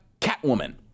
Catwoman